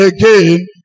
again